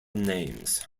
names